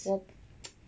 我